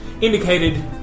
indicated